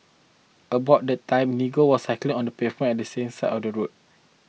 about that time Nigel was cycling on the pavement at the same side of the road